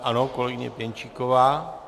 Ano, kolegyně Pěnčíková.